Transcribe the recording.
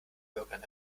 bürgern